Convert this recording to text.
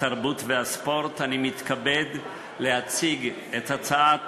התרבות והספורט, אני מתכבד להציג את הצעת